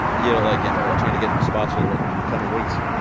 you know, like and, like, trying to get spots for the the coming weeks